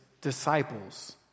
disciples